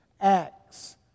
acts